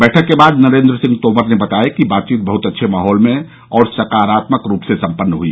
बैठक के बाद श्री नरेन्द्र सिंह तोमर ने बताया कि बातचीत बहुत अच्छे माहौल में हुई और सकारात्मक रूप से सम्पन्न हुई